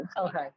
Okay